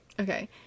Okay